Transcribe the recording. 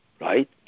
right